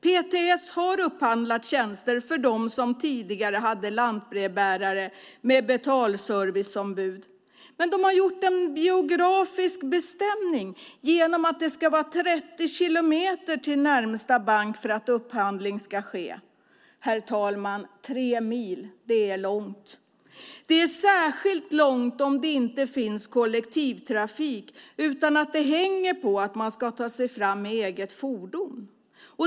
PTS har upphandlat tjänsten för dem som tidigare hade lantbrevbärare med betalserviceombud. Men de har gjort en geografisk bestämning, genom att det ska vara 30 kilometer till närmaste bank för att upphandling ska ske. Tre mil är långt. Det är särskilt långt om det inte finns kollektivtrafik utan det hänger på att man ska ta sig fram med eget fordon.